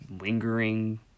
lingering